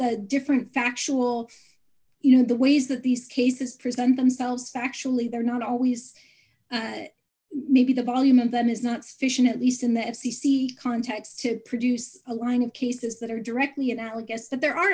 just different factual you know the ways that these cases present themselves actually they're not always maybe the volume of them is not sufficient at least in the f c c context to produce a line of cases that are directly analogous but there are